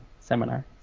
seminar